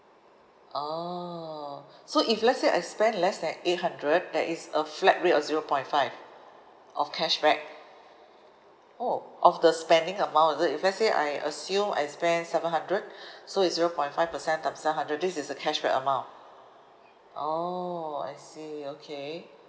oh so if let's say I spend less than eight hundred there is a flat rate of zero point five of cashback oh of the spending amount is it if let's say I assume I spend seven hundred so is zero point five percent times seven hundred this is the cashback amount oh I see okay